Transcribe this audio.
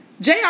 jr